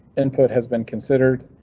input has been considered,